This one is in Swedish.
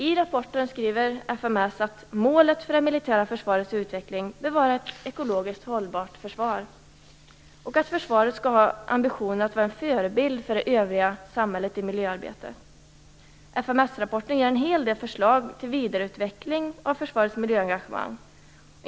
I rapporten skriver fms att målet för det militära försvarets utveckling bör vara ett ekologiskt hållbart försvar och att försvaret skall ha ambitionen att vara en förebild för det övriga samhället i miljöarbetet. Fms-rapporten ger en hel del förslag till vidareutveckling av försvarets miljöengagemang.